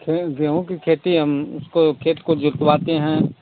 खे गेहूं की खेती हम उसको खेत को जोतवाते हैं